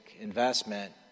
investment